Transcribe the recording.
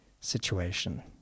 situation